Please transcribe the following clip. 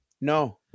No